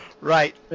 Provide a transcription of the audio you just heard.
Right